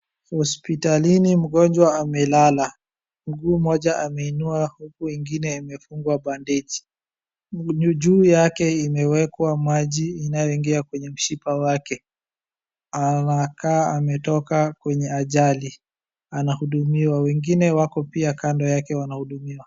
Hospitalini mgonjwa amelala, mguu mmoja ameinua huku ingine amefunga bandeji. Juu yake imeekwa maji inayoingia kwenye mishipa yake. Anakaa ametoka kwenye ajali, anahudumiwa wengine pia wako kando yake wanahudumiwa.